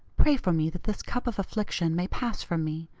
pray for me that this cup of affliction may pass from me,